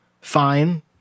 fine